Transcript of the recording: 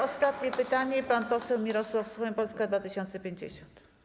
Ostatnie pytanie, pan poseł Mirosław Suchoń, Polska 2050.